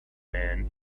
man